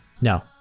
No